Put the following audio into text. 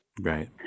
Right